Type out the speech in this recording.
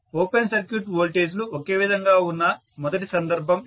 open circuit వోల్టేజీలు ఒకే విధంగా ఉన్న మొదటి సందర్భం ఇది